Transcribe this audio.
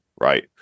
right